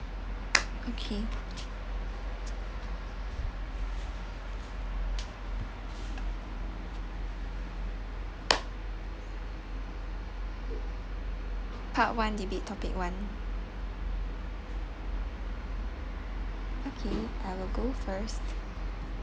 okay part one debate topic one okay I will go first